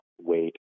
wait